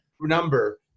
number